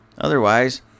Otherwise